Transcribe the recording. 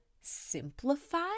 simplify